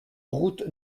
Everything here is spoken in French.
route